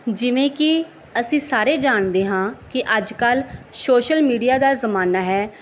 ਜਿਵੇਂ ਕੀ ਅਸੀਂ ਸਾਰੇ ਜਾਣਦੇ ਹਾਂ ਕਿ ਅੱਜ ਕੱਲ ਸੋਸ਼ਲ ਮੀਡੀਆ ਦਾ ਜ਼ਮਾਨਾ ਹੈ